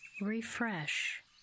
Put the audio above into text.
Refresh